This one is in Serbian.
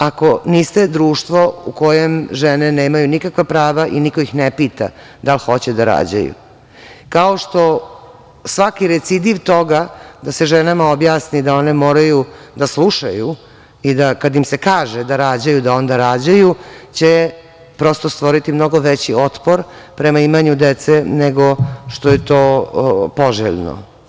Ako niste društvo, u kojem žene nemaju nikakva prava i niko ih ne pita da li hoće da rađaju, kao što svaki recidiv toga da se ženama objasni da one moraju da slušaju i da kad im se kaže da rađaju da onda rađaju, prosto će stvoriti mnogo veći otpor prema imanju dece, nego što je to poželjno.